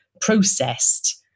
processed